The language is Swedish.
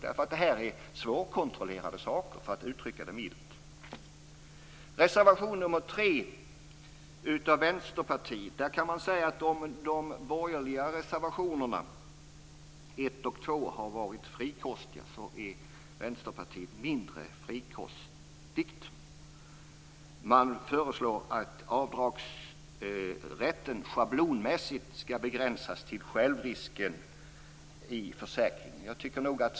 Detta är svårkontrollerade saker, för att uttrycka det milt. Reservation nr 3 är från Vänsterpartiet. Om man i de borgerliga reservationerna 1 och 2 har varit frikostiga är Vänsterpartiet mindre frikostigt. Man föreslår att avdragsrätten schablonmässigt skall begränsas till självrisken i försäkringen.